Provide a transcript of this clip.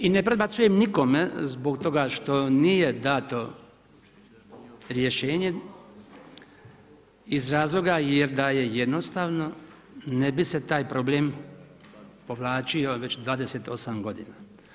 I ne prebacujem nikome zbog toga što nije dano rješenje iz razloga jer da je jednostavno ne bi se taj problem povlačio već 28 godina.